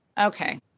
okay